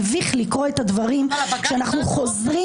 מביך לקרוא את הדברים כשאנחנו חוזרים